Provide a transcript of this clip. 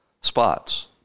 spots